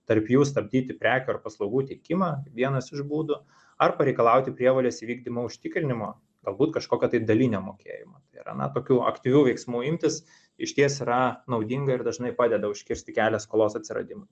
tarp jų stabdyti prekių ar paslaugų teikimą vienas iš būdų ar pareikalauti prievolės įvykdymo užtikrinimo galbūt kažkokio tai dalinio mokėjimo tai yra na tokių aktyvių veiksmų imtis išties yra naudinga ir dažnai padeda užkirsti kelią skolos atsiradimui